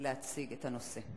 ולהציג את הנושא.